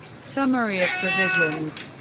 summary of provisions